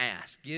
ask